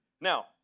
Now